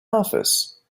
office